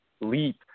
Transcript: leap